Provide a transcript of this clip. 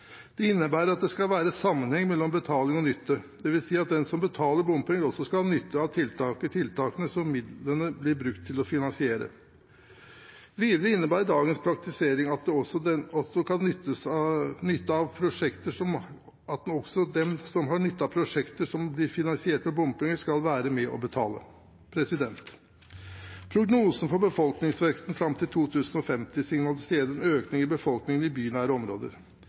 Det innebærer at det skal være sammenheng mellom betaling og nytte. Det vil si at den som betaler bompenger, også skal ha nytte av tiltaket/tiltakene som midlene blir brukt til å finansiere. Videre innebærer dagens praktisering at også den som har nytte av prosjekter som blir finansiert med bompenger, skal være med og betale. Prognosene for befolkningsveksten fram til 2050 signaliserer en økning i befolkningen i bynære områder.